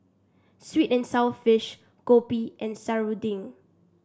sweet and sour fish Kopi and Serunding